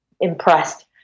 impressed